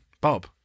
Bob